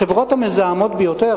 החברות המזהמות ביותר,